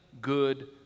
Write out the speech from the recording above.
good